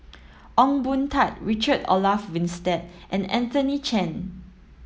Ong Boon Tat Richard Olaf Winstedt and Anthony Chen